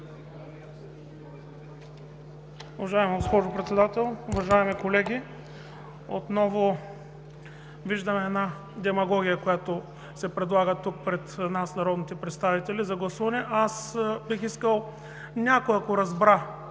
Уважаема госпожо Председател, уважаеми колеги, отново виждам една демагогия, която се предлага тук пред нас, народните представители, за гласуване. Ако някой разбра,